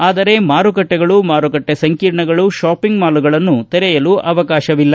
ಆದರೆ ಮಾರುಕಟ್ಟೆಗಳು ಮಾರುಕಟ್ಟೆ ಸಂಕೀರ್ಣಗಳು ಶಾಂಪಿಂಗ್ ಮಾಲ್ಗಳನ್ನು ತೆರೆಯಲು ಅವಕಾಶವಿಲ್ಲ